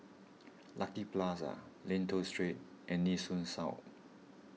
Lucky Plaza Lentor Street and Nee Soon South